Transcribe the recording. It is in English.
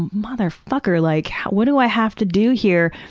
motherfucker, like what do i have to do here?